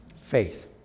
faith